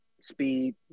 speed